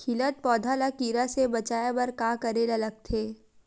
खिलत पौधा ल कीरा से बचाय बर का करेला लगथे?